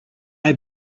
have